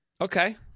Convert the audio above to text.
Okay